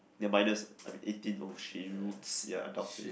they are minors I mean eighteen !oh shoots! ya adults already